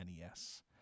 nes